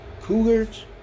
Cougars